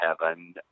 heaven